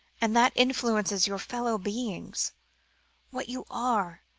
and that influences your fellow beings what you are,